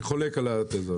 אני חולק על התיזה הזאת.